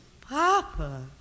Papa